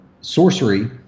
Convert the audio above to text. sorcery